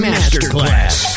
Masterclass